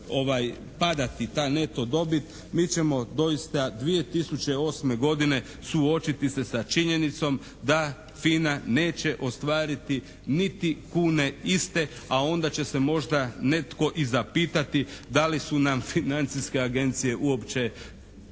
padati ta neto dobit, mi ćemo doista 2008. godine suočiti se sa činjenicom da FINA neće ostvariti niti kune iste a onda će se možda netko i zapitati da li su nam financijske agencije uopće